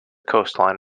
coastline